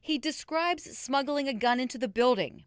he describes smuggling a gun into the building